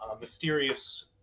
mysterious